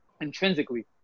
intrinsically